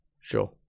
Sure